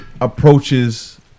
approaches